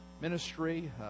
ministry